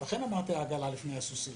לכן אמרתי שרתמו את העגלה לפני הסוסים.